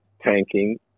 tanking